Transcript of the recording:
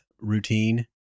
routine